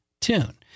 tune